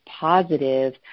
positive